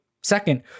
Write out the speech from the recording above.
second